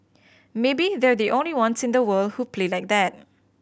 maybe they're the only ones in the world who play like that